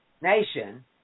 nation